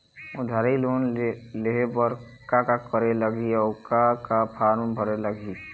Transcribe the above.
उधारी लोन लेहे बर का का करे लगही अऊ का का फार्म भरे लगही?